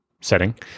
setting